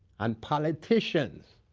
and politicians